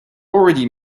already